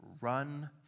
run